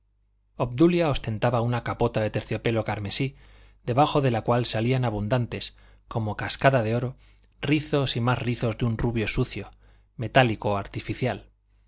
obdulia ostentaba una capota de terciopelo carmesí debajo de la cual salían abundantes como cascada de oro rizos y más rizos de un rubio sucio metálico artificial